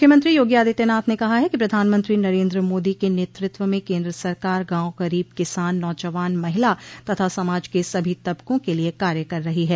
मुख्यमंत्री योगी आदित्यनाथ ने कहा है कि प्रधानमंत्री नरेन्द्र मोदी के नेतृत्व में केन्द्र सरकार गांव गरीब किसान नौजवान महिला तथा समाज के सभी तबकों के लिये कार्य कर रही है